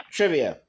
Trivia